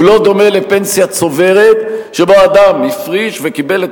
הוא לא דומה לפנסיה צוברת שבה אדם הפריש וקיבל את